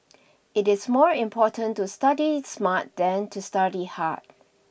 it is more important to study smart than to study hard